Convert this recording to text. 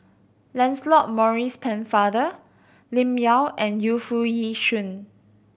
Lancelot Maurice Pennefather Lim Yau and Yu Foo Yee Shoon